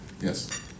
yes